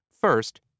First